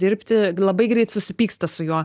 dirbti labai greit susipyksta su juo